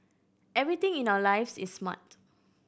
everything in our lives is smart